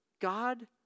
God